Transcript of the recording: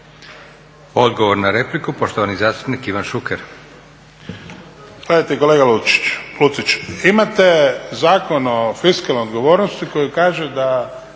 Odgovor na repliku poštovani zastupnik Ivan Šuker. **Šuker, Ivan (HDZ)** Gledajte kolega Lucić, imate Zakon o fiskalnoj odgovornosti koji kaže da